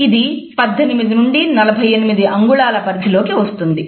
ఇది 18 నుండి 48 అంగుళాల పరిధిలోకి వస్తుంది